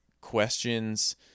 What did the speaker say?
questions